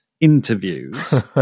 interviews